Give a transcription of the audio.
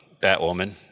Batwoman